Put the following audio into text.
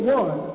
one